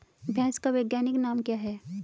भैंस का वैज्ञानिक नाम क्या है?